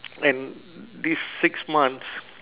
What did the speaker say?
and these six months